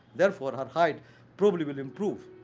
therefore her height probably will improve.